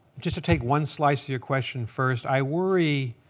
just to take one slice of your question first, i worry